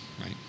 right